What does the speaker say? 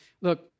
look